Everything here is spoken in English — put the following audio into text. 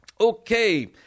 Okay